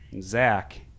Zach